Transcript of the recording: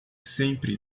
sempre